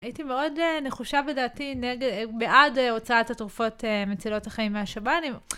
הייתי מאוד נחושה בדעתי בעד הוצאת התרופות מצילות החיים מהשב"נים.